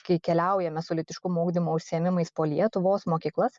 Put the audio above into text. kai keliaujame su lytiškumo ugdymo užsiėmimais po lietuvos mokyklas